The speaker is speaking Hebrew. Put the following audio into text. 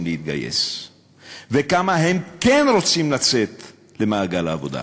להתגייס וכמה הם כן רוצים לצאת למעגל העבודה,